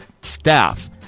staff